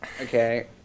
Okay